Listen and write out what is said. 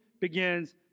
begins